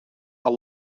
are